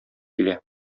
килә